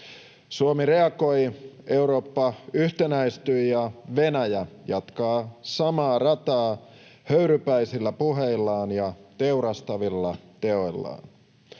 Suomi reagoi, Eurooppaa yhtenäistyi ja Venäjä jatkaa samaa rataa höyrypäisillä puheillaan ja teurastavilla teoillaan.